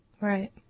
Right